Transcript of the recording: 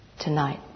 tonight